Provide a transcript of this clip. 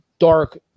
Dark